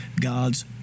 God's